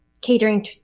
catering